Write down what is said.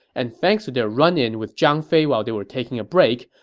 and thanks to their run-in with zhang fei while they were taking a break,